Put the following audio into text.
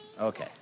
okay